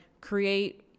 create